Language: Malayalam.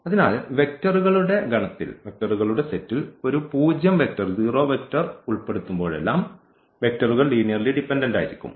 അതിനാൽ വെക്റ്ററുകളുടെ ഗണത്തിൽ ഒരു പൂജ്യം വെക്റ്റർ ഉൾപ്പെടുത്തുമ്പോഴെല്ലാം വെക്റ്ററുകൾ ലീനിയർലി ഡിപെൻഡന്റ് ആയിരിക്കും